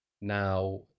now